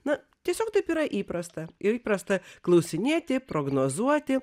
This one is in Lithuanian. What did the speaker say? na tiesiog taip yra įprasta ir įprasta klausinėti prognozuoti